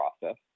process